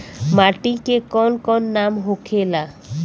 माटी के कौन कौन नाम होखेला?